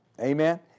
Amen